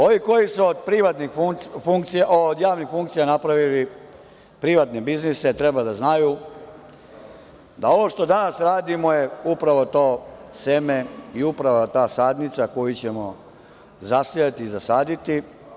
Ovi koji su od javnih funkcija napravili privatne biznise treba da znaju da ovo što danas radimo je upravo to seme i upravo ta sadnica koju ćemo zasejati i zasaditi.